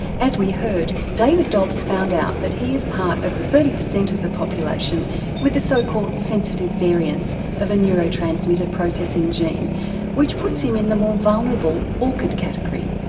as we heard david dobbs found out that he is part of the thirty percent of the population with the so called sensitive variants of a neurotransmitter processing gene which puts him in the more vulnerable orchid category.